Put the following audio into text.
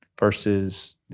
versus